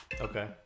Okay